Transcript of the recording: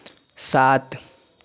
सात